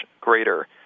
greater